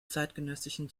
zeitgenössischen